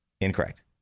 Incorrect